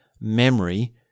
memory